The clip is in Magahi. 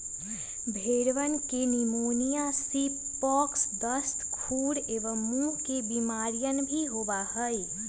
भेंड़वन के निमोनिया, सीप पॉक्स, दस्त, खुर एवं मुँह के बेमारियन भी होबा हई